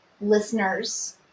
listeners